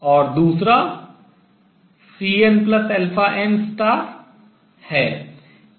और दूसरा Cn n है